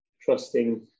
trusting